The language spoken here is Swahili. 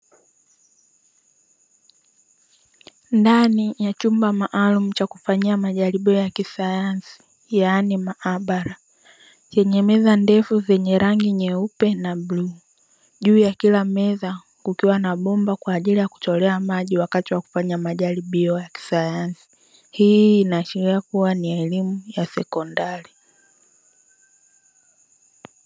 Ndani ya chumba maalumu cha kufanyia majaribio ya kisayansi yaani maabara, yenye meza ndefu zenye rangi nyeupe na bluu. Juu ya kila meza kukiwa na bomba kwa ajili ya kutolea maji wakati wa kufanya majaribio ya kisayansi. Hii inaashiria kuwa ni elimu ya sekondari.